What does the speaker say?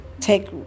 Take